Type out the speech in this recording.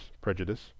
prejudice